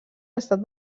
estat